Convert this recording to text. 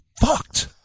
fucked